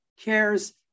cares